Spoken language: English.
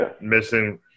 missing